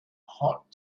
hot